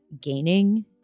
gaining